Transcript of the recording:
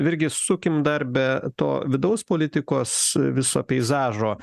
virgi sukim dar be to vidaus politikos viso peizažo